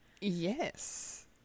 Yes